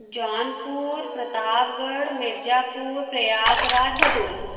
Jaunpur Pratapgarh Mirzapur Prayagraj Bhadohi